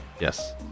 Yes